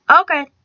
Okay